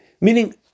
Meaning